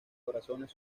corazones